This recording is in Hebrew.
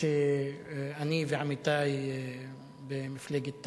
שאני ועמיתי במפלגת תע"ל,